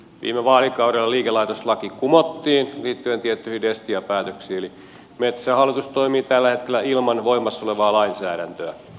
viime vaalikaudella liikelaitoslaki kumottiin liittyen tiettyihin destia päätöksiin eli metsähallitus toimii tällä hetkellä ilman voimassa olevaa lainsäädäntöä